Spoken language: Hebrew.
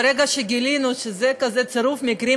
ברגע שגילינו שקרה כזה צירוף מקרים,